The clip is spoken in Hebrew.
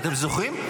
אתם זוכרים?